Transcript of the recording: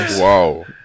Wow